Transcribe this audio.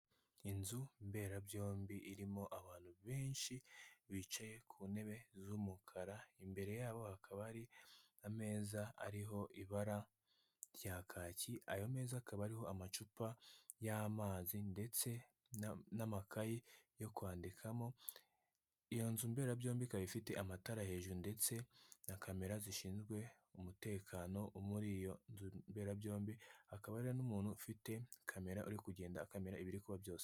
Inzu mberabyombi irimo abantu benshi bicaye ku ntebe z'umukara, imbere yabo hakaba hari ameza ariho ibara rya kacyi, ayo meza akaba ariho amacupa y'amazi ndetse n'amakaye yo kwandikamo, iyo nzu mberabyombi ikaba ifite amatara hejuru ndetse na kamera zishinzwe umutekano muri iyo nzu mberabyombi, hakaba hari n'umuntu ufite kamera uri kugenda akamera ibiri kuba byose.